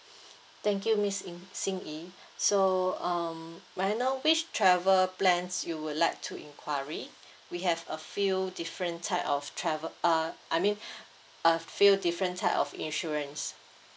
thank you miss in xin yee so um may I know which travel plans you would like to enquiry we have a few different type of travel uh I mean a few different type of insurance